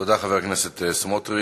תודה, חבר הכנסת סמוטריץ.